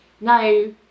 no